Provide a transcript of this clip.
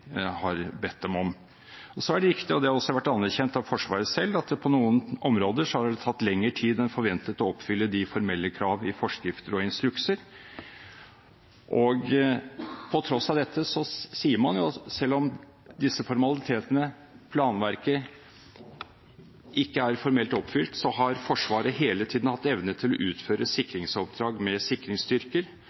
bedt dem om. Så er det riktig, og det har også vært anerkjent av Forsvaret selv, at på noen områder har det tatt lengre tid enn forventet å oppfylle de formelle krav i forskrifter og instrukser. På tross av dette sier man, selv om disse formalitetene, planverket, ikke er formelt oppfylt, at Forsvaret hele tiden har hatt evne til å utføre sikringsoppdrag med sikringsstyrker,